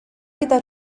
gyda